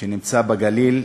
שנמצא בגליל.